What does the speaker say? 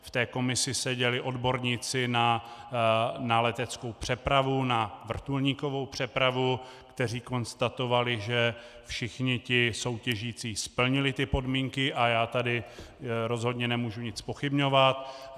V té komisi seděli odborníci na leteckou přepravu, na vrtulníkovou přepravu, kteří konstatovali, že všichni soutěžící splnili ty podmínky, a já tady rozhodně nemůžu nic zpochybňovat.